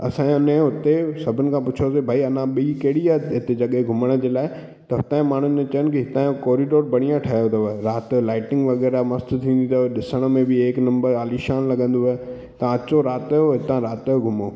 असांजा ने हुते सभिनि खां पुछियोसीं भई अञा बि कहिड़ी आहे जॻहि घुमण जे लाइ त हुतां जा माण्हुनि चयो कि हितां कोरिडोर बढ़िया ठहियो अथव राति जो लाइटिंग वग़ैरह मस्तु थींदी अथव ॾिसण में बि एक नंबर आलीशान लॻंदव तव्हां अचो राति जो हितां राति जो घुमो